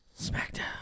Smackdown